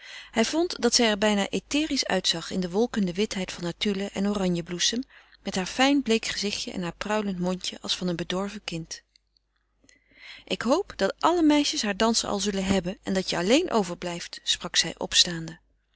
hij vond dat zij er bijna etherisch uitzag in de wolkende witheid van heur tulle en oranjebloesem met haar fijn bleek gezichtje en haar pruilend mondje als van een bedorven kind ik hoop dat alle meisjes haar dansen al zullen hebben en dat je alleen overblijft sprak zij opstaande